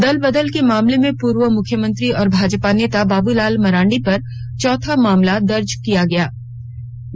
दल बदल के मामले में पूर्व मुख्यमंत्री और भाजपा नेता बाबूलाल मरांडी पर चौथा मामला दर्ज कराया गया है